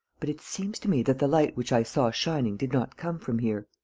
but it seems to me that the light which i saw shining did not come from here.